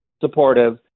supportive